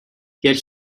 yet